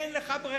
אין לך ברירה.